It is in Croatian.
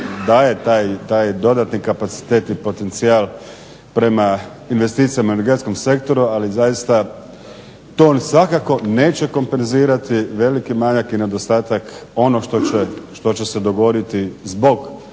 daje taj dodatni kapacitet i potencijal prema investicijama u energetskom sektoru. Ali zaista to on svakako neće kompenzirati veliki manjak i nedostatak onog što će se dogoditi zbog